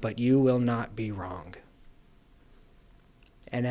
but you will not be wrong and